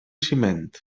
ciment